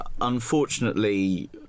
unfortunately